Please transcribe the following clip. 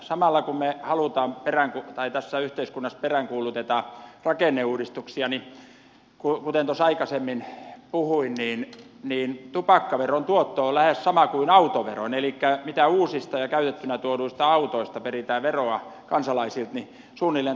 samalla kun tässä yhteiskunnassa peräänkuulutetaan rakenneuudistuksia niin kuten tuossa aikaisemmin puhuin tupakkaveron tuotto on lähes sama kuin autoveron elikkä sen veron mitä uusista ja käytettynä tuoduista autoista peritään kansalaisilta tuotto on suunnilleen sama